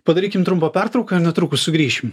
padarykim trumpą pertrauką netrukus sugrįšim